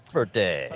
birthday